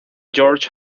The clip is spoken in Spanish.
george